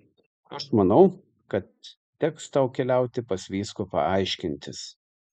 aš manau kad teks tau keliauti pas vyskupą aiškintis